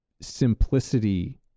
simplicity